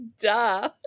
duh